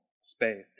space